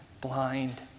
blind